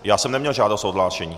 Já jsem neměl žádost o odhlášení.